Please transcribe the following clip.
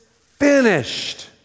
finished